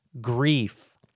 grief